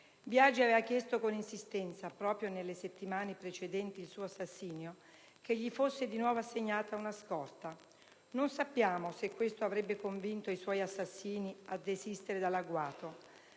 Biagi aveva chiesto con insistenza, proprio nelle settimane precedenti il suo assassinio, che gli fosse di nuovo assegnata una scorta. Non sappiamo se questo avrebbe convinto i suoi assassini a desistere dall'agguato.